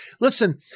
Listen